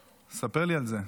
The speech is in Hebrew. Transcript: ספר לי על זה.